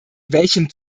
welchem